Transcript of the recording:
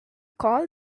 call